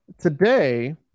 today